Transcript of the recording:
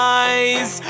eyes